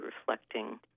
reflecting